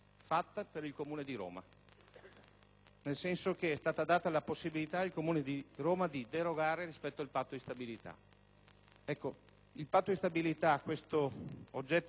di Roma: è stata data la possibilità al Comune di Roma di derogare rispetto al patto di stabilità. Il patto di stabilità è un oggetto misterioso,